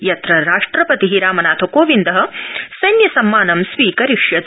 यत्र राष्ट्रपति रामनाथ कोविन्दः सैन्य सम्मानं स्वीकरिष्यति